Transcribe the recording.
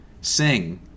sing